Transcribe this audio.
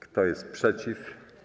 Kto jest przeciw?